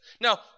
Now